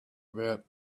about